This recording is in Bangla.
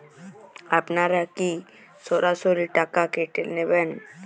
আপনারা কি সরাসরি টাকা কেটে নেবেন?